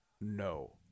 no